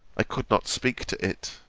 i could not speak to it.